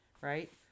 right